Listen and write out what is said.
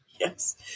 Yes